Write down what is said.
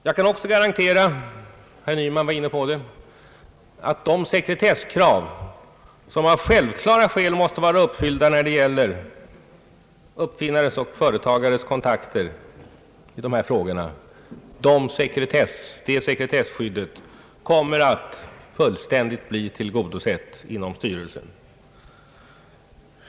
Jag kan också garantera — herr Nyman var inne på det — att de sekretesskrav som av självklara skäl måste vara uppfyllda när det gäller uppfinnares och företagares kontakter i dessa frågor kommer att bli fullkomligt tillgodosedda inom styrelsen.